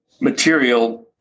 material